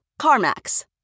CarMax